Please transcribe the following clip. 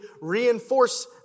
reinforce